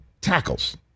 tackles